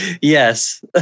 Yes